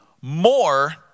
more